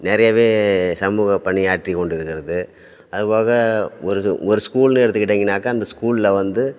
நிறையவே சமூக பணியாற்றி கொண்டு இருக்கிறது அதுபோக ஒரு ஒரு ஸ்கூல்னு எடுத்துக்கிட்டிங்கனாக்கா அந்த ஸ்கூலில் வந்து